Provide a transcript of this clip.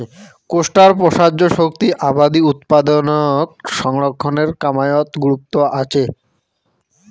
কোষ্টার প্রসার্য শক্তি আবাদি উৎপাদনক সংরক্ষণের কামাইয়ত গুরুত্ব আচে